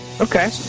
Okay